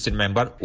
member ુ